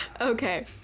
Okay